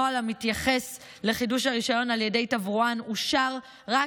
הנוהל המתייחס לחידוש הרישיון על ידי תברואן אושר רק